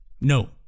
No